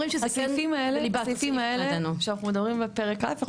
הסעיפים האלה שאנחנו מדברים בפרק א' אנחנו